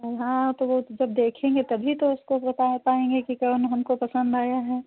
अरे हाँ वो तो वो जब देखेंगे तभी तो उसको बता पाएँगे कि कौन हमको पसंद आया है